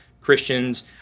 Christians